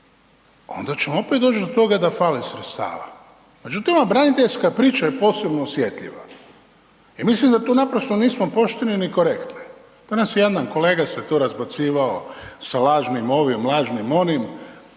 onda ćemo opet doći do toga da fali sredstava. Međutim, ova braniteljska priča je posebno osjetljiva i mislim da tu naprosto nismo pošteni ni korektni. Danas se jedan kolega tu razbacivao sa lažnim ovim, lažnim onim,